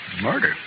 Murder